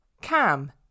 Cam